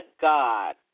God